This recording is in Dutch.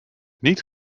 niet